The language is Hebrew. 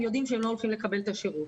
יודעים שהם לא הולכים לקבל את השירות.